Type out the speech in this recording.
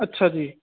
ਅੱਛਾ ਜੀ